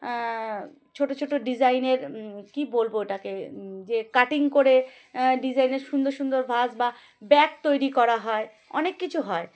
ছোটো ছোটো ডিজাইনের কী বলবো ওটাকে যে কাটিং করে ডিজাইনের সুন্দর সুন্দর ভাজ বা ব্যাগ তৈরি করা হয় অনেক কিছু হয়